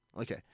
Okay